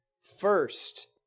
first